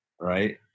right